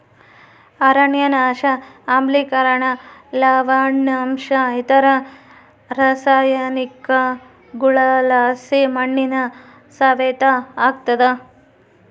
ಅರಣ್ಯನಾಶ ಆಮ್ಲಿಕರಣ ಲವಣಾಂಶ ಇತರ ರಾಸಾಯನಿಕಗುಳುಲಾಸಿ ಮಣ್ಣಿನ ಸವೆತ ಆಗ್ತಾದ